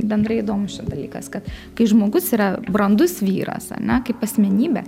bendrai įdomus čia dalykas kad kai žmogus yra brandus vyras ane kaip asmenybė